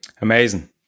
Amazing